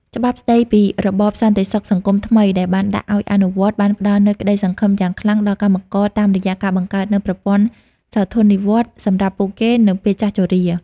ច្បាប់ស្តីពីរបបសន្តិសុខសង្គមថ្មីដែលបានដាក់ឱ្យអនុវត្ត បានផ្តល់នូវក្តីសង្ឃឹមយ៉ាងខ្លាំងដល់កម្មករតាមរយៈការបង្កើតនូវប្រព័ន្ធសោធននិវត្តន៍សម្រាប់ពួកគេនៅពេលចាស់ជរា។